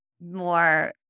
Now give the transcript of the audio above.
more